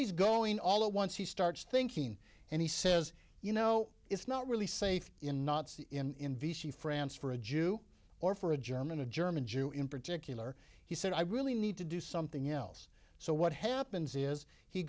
he's going all out once he starts thinking and he says you know it's not really safe in nazi in v c france for a jew or for a german a german jew in particular he said i really need to do something else so what happens is he